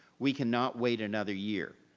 we cannot wait another year.